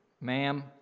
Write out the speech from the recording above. ma'am